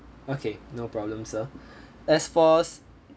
okay no problem sir as for